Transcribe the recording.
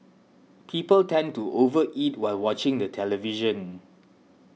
people tend to over eat while watching the television